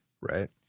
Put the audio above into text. Right